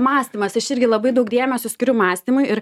mąstymas aš irgi labai daug dėmesio skiriu mąstymui ir